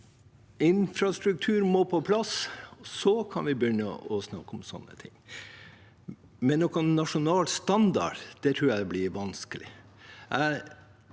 Infrastruktur må på plass, så kan vi begynne å snakke om sånne ting, men noen nasjonal standard tror jeg blir vanskelig.